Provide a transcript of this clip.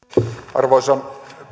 arvoisa